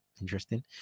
interesting